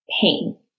pain